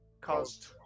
Caused